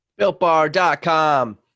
builtbar.com